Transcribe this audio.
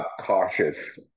cautious